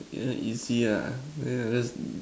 you know you see ah wait ah just